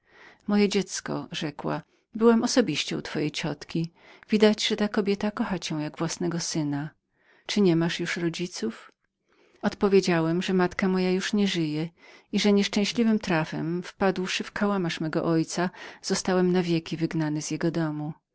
moje dziecko rzekła byłam osobiście u pani dalanosy widać że ta kobieta kocha cię jak własnego syna czy nie masz już rodziców odpowiedziałem że w istocie w pierwszych dniach życia utraciłem matkę i że nieszczęśliwym trafem wpadłszy w kałamarz mego ojca zostałem na wieki wygnany z jego domu